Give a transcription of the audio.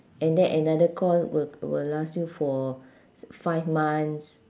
and then another course will will last you for five months